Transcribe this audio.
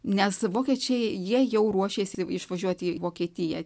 nes vokiečiai jie jau ruošėsi išvažiuoti į vokietiją